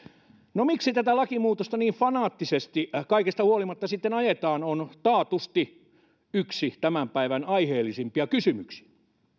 no miksi tätä lakimuutosta niin fanaattisesti kaikesta huolimatta sitten ajetaan se on taatusti yksi tämän päivän aiheellisimpia kysymyksiä